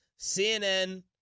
CNN